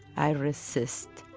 i resist.